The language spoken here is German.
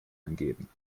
eingeben